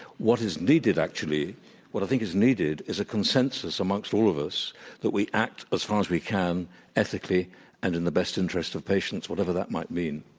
what is needed actually actually what i think is needed is a consensus amongst all of us that we act as far as we can ethically and in the best interest of patients, whatever that might mean.